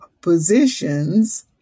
positions